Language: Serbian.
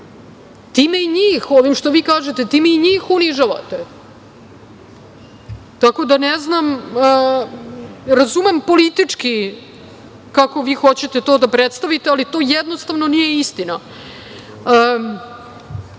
Time i njih, ovim što vi kažete, time i njih unižavate. Tako da ne znam, razumem politički kako vi hoćete to da predstavite, ali to jednostavno nije